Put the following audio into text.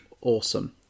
awesome